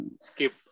Skip